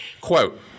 quote